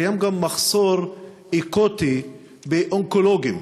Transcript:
קיים גם מחסור אקוטי באונקולוגים,